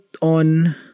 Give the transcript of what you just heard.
on